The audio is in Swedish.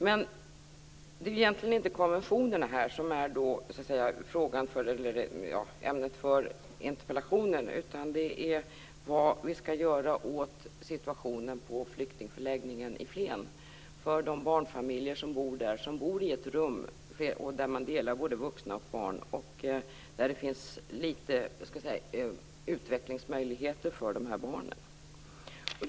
Men det är egentligen inte konventionerna som är ämnet för interpellationen. Det är vad vi skall göra åt situationen för de barnfamiljer som bor på flyktingförläggningen i Flen, som bor i ett rum som delas av både vuxna och barn. Det finns få utvecklingsmöjligheter för de här barnen.